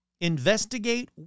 investigate